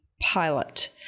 pilot